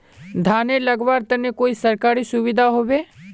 धानेर लगवार तने कोई सरकारी सुविधा होबे?